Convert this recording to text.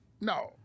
No